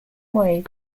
ways